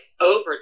over